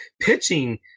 pitching